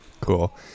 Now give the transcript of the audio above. Cool